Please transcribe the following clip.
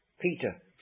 Peter